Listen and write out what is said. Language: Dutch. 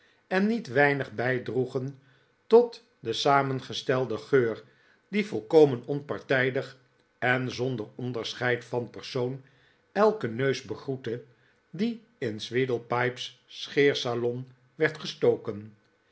en niet weinig bijdroegen tot den samengestelden geur die volkomen onpartijdig en zonder onderscheid van persoon elken neus begroette die in sweedlepipe's scheersalon werd gestoken